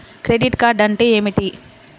Credit card అంటే ఏమిటి?